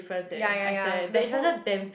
ya ya ya the who